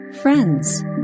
friends